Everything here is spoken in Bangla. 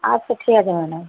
আচ্ছা ঠিক আছে ম্যাডাম